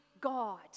God